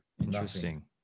interesting